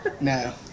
No